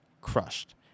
crushed